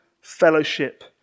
fellowship